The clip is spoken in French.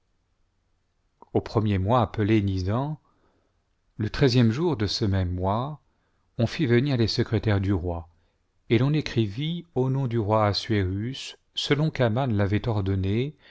au premier mois appelé nisan le treizième jour de ce même mois on fit venir les secrétaires du roi et l'on écrivit au nom du roi assuérus selon qu'aman l'avait ordonné